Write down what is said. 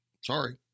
sorry